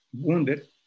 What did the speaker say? wounded